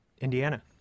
Indiana